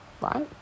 right